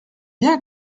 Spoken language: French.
bien